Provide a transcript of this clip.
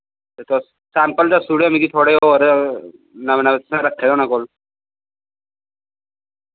ते तुस सैंपल दस्सुड़ेओ मिकी थोह्ड़े और नवें नवें तुसैं रक्खे दे होने कोल